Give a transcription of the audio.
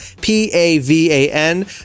P-A-V-A-N